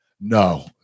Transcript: No